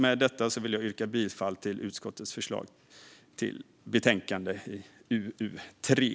Med detta vill jag yrka bifall till utskottets förslag i betänkande UU3.